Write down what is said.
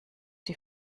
wie